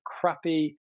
crappy